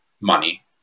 money